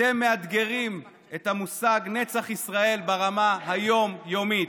אתם מאתגרים את המושג נצח ישראל ברמה היום-יומית.